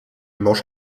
mangent